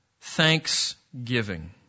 thanksgiving